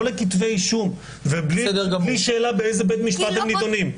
לא לכתבי אישום ובלי שאלה באיזה בית משפט הם נדונים,